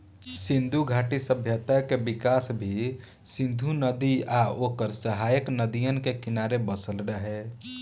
सिंधु घाटी सभ्यता के विकास भी सिंधु नदी आ ओकर सहायक नदियन के किनारे बसल रहे